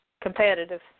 competitive